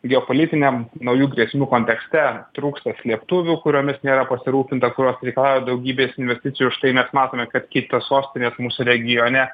geopolitiniam naujų grėsmių kontekste trūksta slėptuvių kuriomis nėra pasirūpinta kurios reikalauja daugybės investicijų štai mes matome kad kitos sostinės mūsų regione